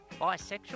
bisexual